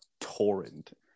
torrent